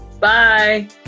Bye